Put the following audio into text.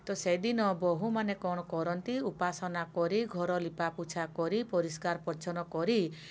ତ ସେଦିନ ବୋହୁମାନେ କ'ଣ କରନ୍ତି ଉପାସନା କରି ଘର ଲିପାପୋଛା କରି ପରିଷ୍କାର ପରିଚ୍ଛନ୍ନ କରି